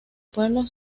pueblo